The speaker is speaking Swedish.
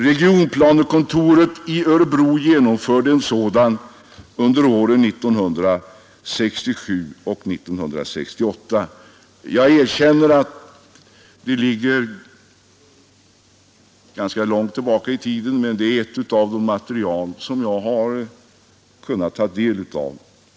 Regionplanekontoret i Örebro genomförde en sådan under åren 1967 och 1968. Jag erkänner att det ligger ganska långt tillbaka i tiden, men det är en del av det material jag har kunnat studera.